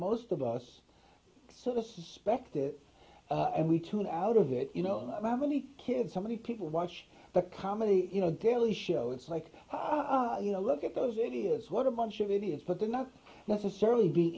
most of us so the suspect it and we tune out of that you know one of my many kids how many people watch the comedy you know daily show it's like you know look at those idiots what a bunch of idiots but they're not necessarily be